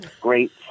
great